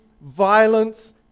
violence